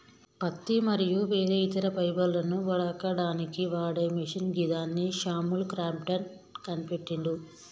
పత్తి మరియు వేరే ఇతర ఫైబర్లను వడకడానికి వాడే మిషిన్ గిదాన్ని శామ్యుల్ క్రాంప్టన్ కనిపెట్టిండు